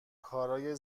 کارای